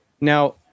Now